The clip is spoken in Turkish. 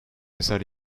eser